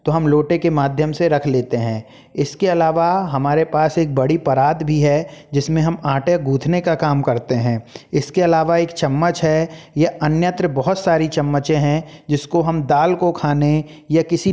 तो हम लोटे के माध्यम से रख लेते हैं इसके अलावा हमारे पास एक बड़ी परात भी है जिसमें हम आटा गूँथने का काम करते हैं इसके अलावा एक चम्मच है या अन्यत्र बहुत सारी चम्मचें हैं जिसको हम दाल को खाने या किसी